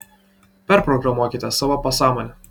perprogramuokite savo pasąmonę